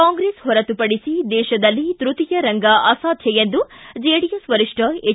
ಕಾಂಗ್ರೆಸ್ ಹೊರತುಪಡಿಸಿ ದೇಶದಲ್ಲಿ ತೃತೀಯ ರಂಗ ಅಸಾಧ್ಯ ಎಂದು ಜೆಡಿಎಸ್ ವರಿಷ್ಠ ಹೆಚ್